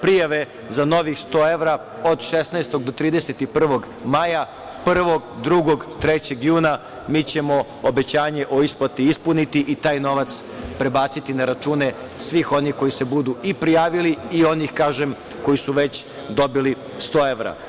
Prijave za novih 100 evra od 16. do 31. maja, 1, 2, 3. juna mi ćemo obećanje o isplati ispuniti i taj novac prebaciti na račune svih onih koji se budu i prijavili i onih, kažem, koji su već dobili 100 evra.